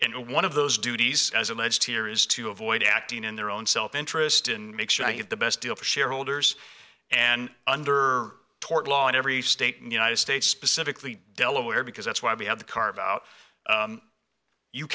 in one of those duties as alleged here is to avoid acting in their own self interest and make sure i have the best deal for shareholders and under tort law in every state and united states specifically delaware because that's why we have the carve out